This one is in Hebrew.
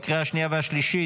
לקריאה השנייה והשלישית.